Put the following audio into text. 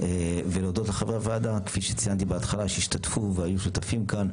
ולהודות גם לחברי הוועדה שהשתתפו והיו שותפים כאן,